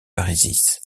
parisis